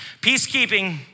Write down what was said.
Peacekeeping